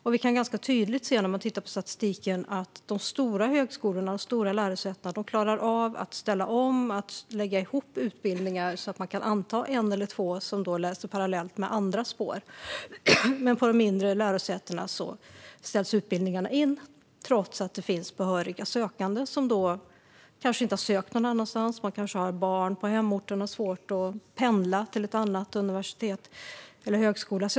När vi tittar på statistiken kan vi ganska tydligt se att de stora högskolorna och lärosätena klarar av att ställa om och lägga ihop utbildningar så att man kan anta en eller två som läser parallellt med andra spår. Men på de mindre lärosätena ställs utbildningarna in, trots att det finns behöriga sökande som kanske inte har sökt någon annanstans. Man kanske har barn på hemorten och har svårt att pendla till ett annat universitet eller en annan högskola.